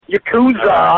Yakuza